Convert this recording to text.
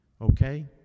okay